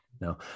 no